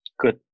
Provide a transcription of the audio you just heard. good